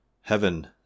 heaven